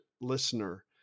listener